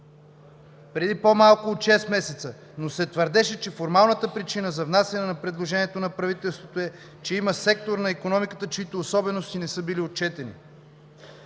преди по-малко от шест месеца, но се твърдеше, че формалната причина за внасяне на предложението на правителството е, че има сектор на икономиката, чиито особености не са били отчетени.